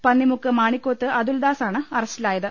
പന്നി മുക്ക് മാണിക്കോത്ത് അതുൽദ്യാസാണ് അറസ്റ്റിലായത്